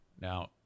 Now